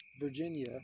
Virginia